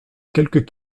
quelques